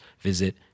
visit